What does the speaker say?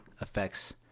affects